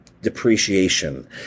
depreciation